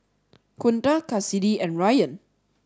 Kunta Cassidy and Ryann